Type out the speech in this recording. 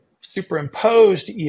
superimposed